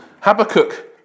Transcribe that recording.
Habakkuk